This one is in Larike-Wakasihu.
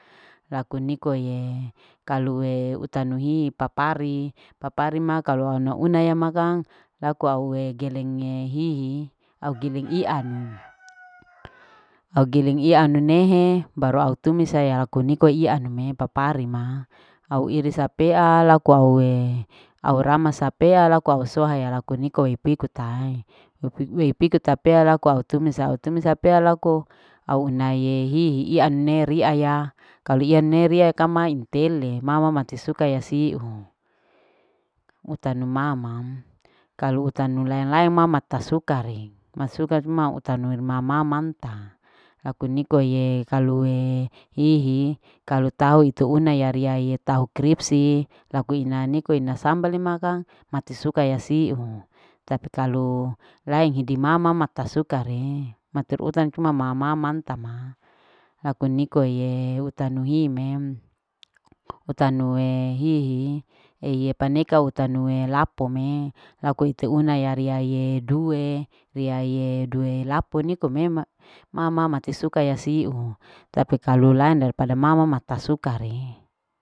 Laku niko ie kalu utanu hi ipapari. paparima kalu ianu una ma kang laku uaue geleng hihi au giling ianu au giling ianu nehe baru au timis saya laku nike ianu me papari ma au iris apea laku aue rapas apea laku au sohea laku niko hipiku tae hupiko ta pea aupea. au pea laku aunae hihi ianu ne riaya kalu iyane kama intele ma mati sukaya siu mutanu mama kalu utanu laeng. laeng ma ta sukare, tasuka re ma utanu mama manta laku nikoe kalue hihi kalu tau ite una ya riae tahu krispi laku ina niko ina sambale ma kang mati suka ya siu tapi kalu laeng hidi mama mata suka re. mater. mater urang cuma mama ma manta ma laku niko ye utanu hime utanue hihi eye paneka utanue lapo me aku ite una ya iae duhe riae duhe lapo niko mema mama mati suka ya siu tapi kalu iaeng daripada mama mata suka re.